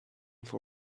for